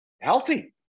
healthy